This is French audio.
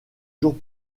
jours